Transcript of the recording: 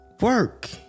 work